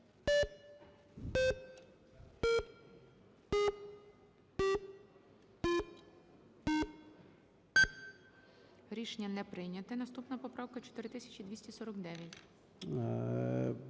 Рішення не прийнято. Наступна поправка 4456.